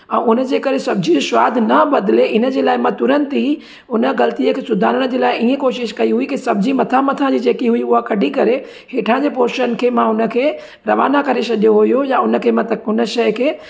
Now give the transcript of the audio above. ऐं उन जे करे सब्जी जो सवाद न बदिले हिन जे लाइ मां तुरंत ई हुन ग़लतीअ खे सुधारण जे लाइ ईअं कोशिशि कई हुई की सब्जी मथां मथां जी जेकी हुई उहा कढी करे हेठां जे पोशन खे मां हुन खे रवाना करे छॾियो हुओ या हुन खे मतिलबु हुन शइ खे